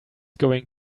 going